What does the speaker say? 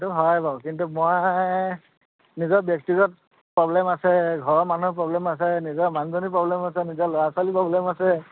সইটো হয় বাৰু কিন্তু মই নিজৰ ব্যক্তিগত প্ৰব্লেম আছে ঘৰৰ মানুহৰ প্ৰব্লেম আছে নিজৰ মানুহজনী প্ৰব্লেম আছে নিজৰ ল'ৰা ছোৱালী প্ৰব্লেম আছে